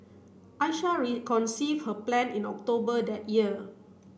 Aisha conceived her plan in October that year